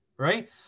Right